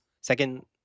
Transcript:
second